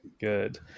Good